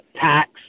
tax